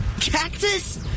Cactus